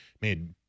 Made